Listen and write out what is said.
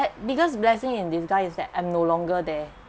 that because blessing in disguise is that I no longer there